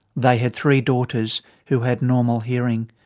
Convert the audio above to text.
they had three daughters who had normal hearing,